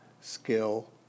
skill